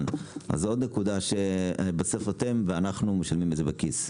אז זה עוד נקודה שבסוף אתם ואנחנו משלמים את זה בכיס.